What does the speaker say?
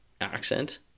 accent